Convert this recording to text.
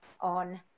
on